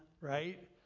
right